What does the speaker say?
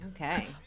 Okay